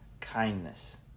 Kindness